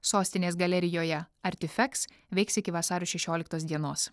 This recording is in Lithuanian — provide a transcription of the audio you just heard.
sostinės galerijoje artifeks veiks iki vasario šešioliktos dienos